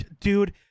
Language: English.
dude